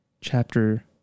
chapter